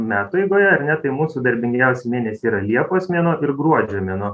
metų eigoje ar ne tai mūsų darbingiausi mėnesiai yra liepos mėnuo ir gruodžio mėnuo